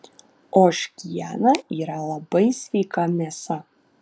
ožkiena yra labai sveika mėsa